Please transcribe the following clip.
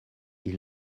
ils